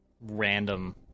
random